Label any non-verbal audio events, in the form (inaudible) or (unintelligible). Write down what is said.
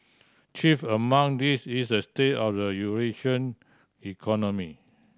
chief among these is a state of the (unintelligible) economy